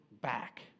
back